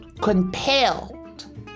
compelled